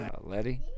Letty